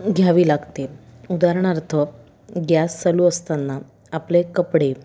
घ्यावी लागते उदाहरणार्थ गॅस चालू असतांना आपले कपडे